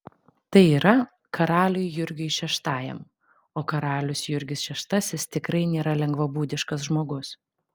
tai yra karaliui jurgiui šeštajam o karalius jurgis šeštasis tikrai nėra lengvabūdiškas žmogus